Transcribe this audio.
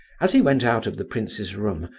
as he went out of the prince's room,